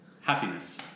Happiness